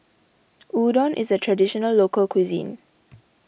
Udon is a Traditional Local Cuisine